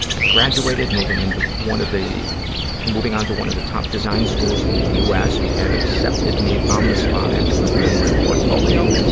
i graduated, moving into one of the, moving on to one of the top design schools in the u. s. who had accepted me on um the spot after reviewing my portfolio.